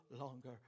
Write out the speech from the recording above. longer